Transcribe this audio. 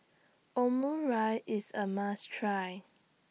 Omurice IS A must Try